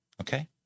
Okay